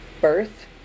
Birth